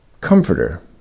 comforter